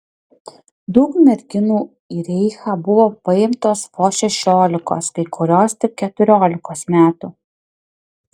daug merginų į reichą buvo paimtos vos šešiolikos kai kurios tik keturiolikos metų